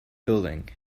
building